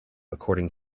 according